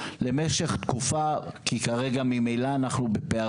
שחשבתי שאנחנו כבר אחרי האירוע